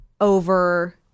over